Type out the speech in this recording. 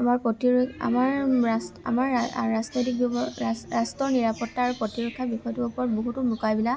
আমাৰ প্ৰতিৰোধ আমাৰ ৰাষ্ট্ৰপতি ৰাষ্ট্ৰৰ নিৰাপত্তা আৰু প্ৰতিৰক্ষাৰ বিষয়টোৰ ওপৰত বহুতো মকামিলা